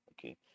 okay